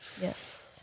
yes